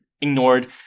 ignored